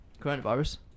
Coronavirus